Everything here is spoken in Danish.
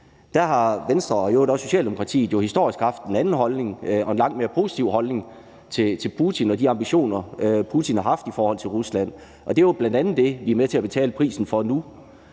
Der har Venstre og i øvrigt også Socialdemokratiet jo historisk haft en anden holdning og en langt mere positiv holdning til Putin og de ambitioner, Putin har haft i forhold til Rusland, og det er jo bl.a. det, I er med til at betale prisen for nu.